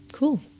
Cool